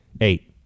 eight